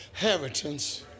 inheritance